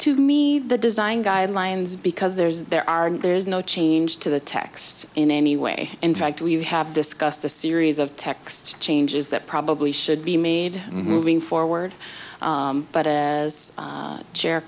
to me the design guidelines because there's there are and there's no change to the text in any way in fact we have discussed a series of text changes that probably should be made moving forward but as chair